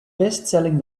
bestselling